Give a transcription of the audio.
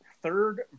third